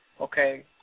okay